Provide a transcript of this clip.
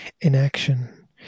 inaction